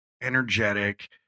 energetic